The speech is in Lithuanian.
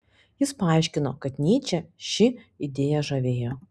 jis paaiškino kad nyčę ši idėja žavėjo